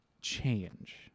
change